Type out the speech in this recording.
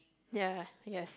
ya yes